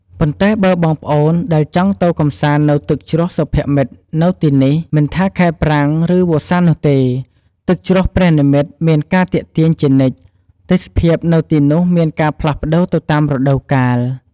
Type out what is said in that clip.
ប៉ុន្តែបើបងប្អូនដែលចង់ទៅកម្សាន្តនៅទឹកជ្រោះសុភមិត្តនៅទីនេះ មិនថាខែប្រាំង ឬវស្សានោះទេ ទឹកជ្រោះព្រះនិម្មិតមានការទាក់ទាញជានិច្ច ទេសភាពនៅទីនោះមានការផ្លាស់ប្តូរទៅតាមរដូវកាល ។